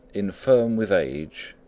infirm with age,